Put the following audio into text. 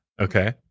okay